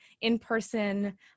in-person